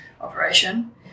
operation